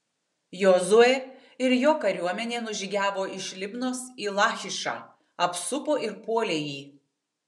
jozuė ir jo kariuomenė nužygiavo iš libnos į lachišą apsupo ir puolė jį